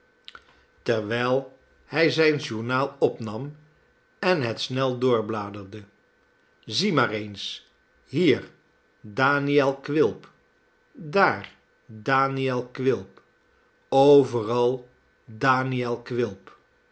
terwijl hij zijn journaal opnam en het snel doorbladerde zie maar eens hier daniel quilp daar daniel quilp overal daniel quilp